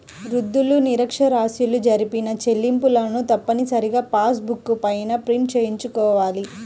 వృద్ధులు, నిరక్ష్యరాస్యులు జరిపిన చెల్లింపులను తప్పనిసరిగా పాస్ బుక్ పైన ప్రింట్ చేయించుకోవాలి